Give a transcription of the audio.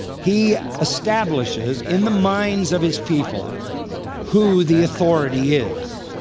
he establishes in the minds of his people who the authority is.